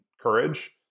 courage